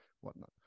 whatnot